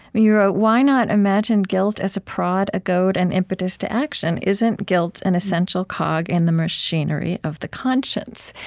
you wrote, why not imagine guilt as a prod, a goad, an impetus to action? isn't guilt an essential cog in the machinery of the conscience?